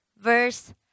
verse